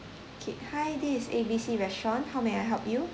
okay hi this is A B C restaurant how may I help you